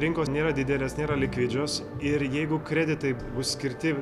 rinkos nėra didelės nėra likvidžios ir jeigu kreditai bus skirti